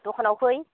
द'खानाव फै